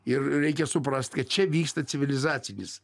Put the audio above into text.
ir reikia suprast kad čia vyksta civilizacinis